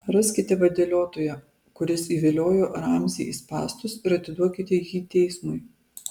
raskite vadeliotoją kuris įviliojo ramzį į spąstus ir atiduokite jį teismui